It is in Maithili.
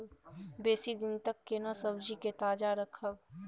बेसी दिन तक केना सब्जी के ताजा रखब?